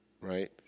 right